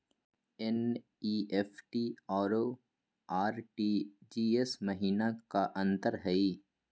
NEFT अरु RTGS महिना का अंतर हई?